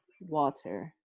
water